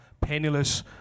penniless